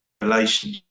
relation